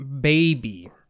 baby